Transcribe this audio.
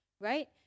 right